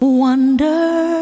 wonder